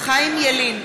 חיים ילין,